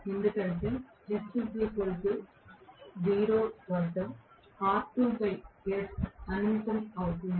ఎందుకంటే s0 వద్ద R2s అనంతం అవుతుంది